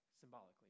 symbolically